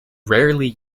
rarely